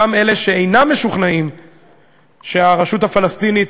גם אלה שאינם משוכנעים שהרשות הפלסטינית